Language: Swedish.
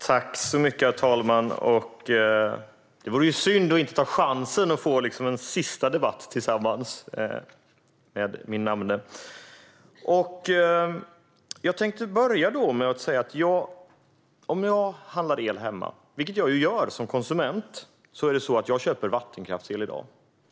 Herr talman! Det vore synd att inte ta chansen att få en sista debatt tillsammans med min namne. Jag tänkte börja med att säga att jag handlar el hemma, som konsument. Jag köper vattenkraftsel i dag.